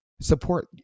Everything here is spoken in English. Support